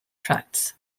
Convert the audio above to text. tracts